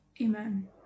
Amen